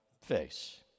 face